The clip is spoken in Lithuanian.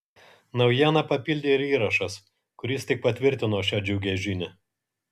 naujieną papildė ir įrašas kuris tik patvirtino šią džiugią žinią